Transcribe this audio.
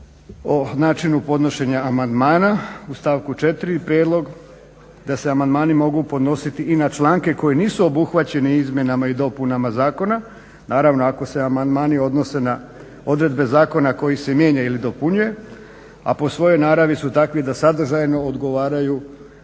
o način podnošenja amandmana. U stavku 4. je prijedlog da se amandmani mogu podnositi i na članke koji nisu obuhvaćeni izmjenama i dopunama zakona, naravno ako se amandmani odnose na odredbe zakona koji se mijenja ili dopunjuje a po svojoj naravi su takvi da sadržajno odgovaraju